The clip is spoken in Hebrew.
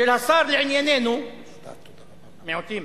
של השר לענייננו, מיעוטים,